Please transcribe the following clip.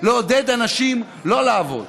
לעודד אנשים לא לעבוד.